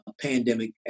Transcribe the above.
pandemic